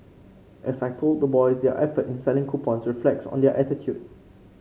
as I told the boys their effort in selling coupons reflects on their attitude